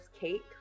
cake